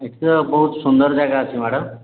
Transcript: ଏଠି ତ ବହୁତ ସୁନ୍ଦର ଜାଗା ଅଛି ମ୍ୟାଡ଼ାମ୍